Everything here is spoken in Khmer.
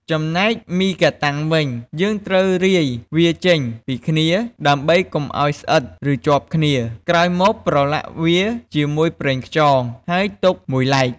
ចំណែកមីកាតាំងវិញ យើងត្រូវរាយវាចេញពីគ្នា ដើម្បីកុំឱ្យស្អិត ឬជាប់គ្នា ក្រោយមកប្រឡាក់វាជាមួយប្រេងខ្យង ហើយទុកមួយឡែក។